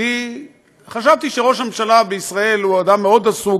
כי חשבתי שראש הממשלה בישראל הוא אדם מאוד עסוק,